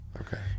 Okay